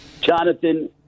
Jonathan